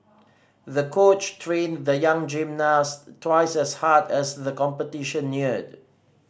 the coach trained the young gymnast twice as hard as the competition neared